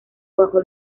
bajo